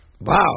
Wow